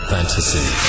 Fantasy